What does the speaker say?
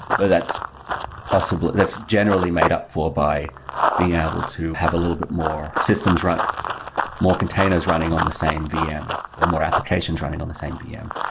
but that's possible. that's generally made up for by being able to have a little bit more systems more containers running on the same vm, or more applications running on the same vm.